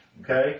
okay